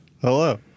Hello